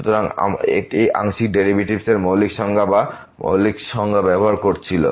সুতরাং এটি আংশিক ডেরিভেটিভসের মৌলিক সংজ্ঞা বা মৌলিক সংজ্ঞা ব্যবহার করছিল